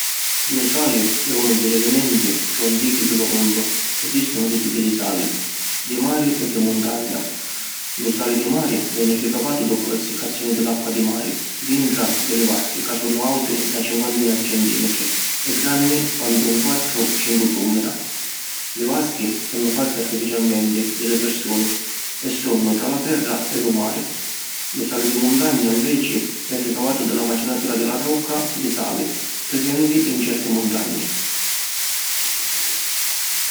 Lu sali è unu di li “alimenti” chiù antichi di lu munnu. Esistinu dui tipi di sali: di mari e di muntagna. Lu sali di mari veni ricavatu doppu la essicazzioni di l’acqua di mari dintra di li vaschi ca sunnu auti na cincuantina di centimentri e granni quantu un quattru - cincu tummina. Li vaschi sunnu fatti artificialmenti di li pirsuni e sunnu tra la terra e lu mari. Lu sali di muntagna inveci è ricavatu di la macinatura di la rocca di sali prisenti in certi muntagni.